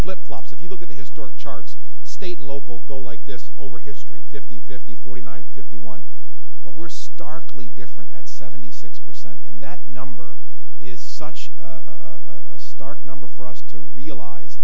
flip flops if you look at the historic charts state local go like this over history fifty fifty forty nine fifty one but we're starkly different at seventy six percent and that number is such a stark number for us to realize